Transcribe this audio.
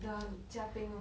the jia bing lor